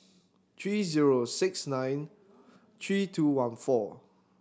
three zero six nine three two one four